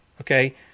okay